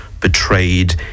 betrayed